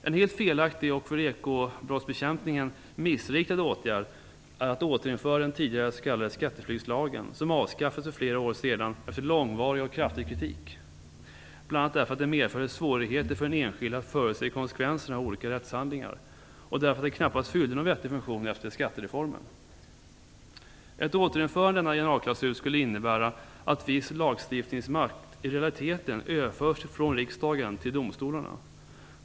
En helt felaktig och för ekobrottsbekämpningen missriktad åtgärd är att återinföra den tidigare s.k. skatteflyktslagen, som avskaffades för flera år sedan efter långvarig och kraftig kritik, bl.a. därför att den medförde svårigheter för den enskilde att förutse konsekvenserna av olika rättshandlingar och därför att den efter skattereformens genomförande knappast fyllde någon vettig funktion. Ett återinförande av denna generalklausul skulle innebära att viss lagstiftningsmakt i realiteten överförs från riksdagen till domstolarna.